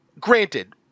granted